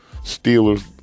Steelers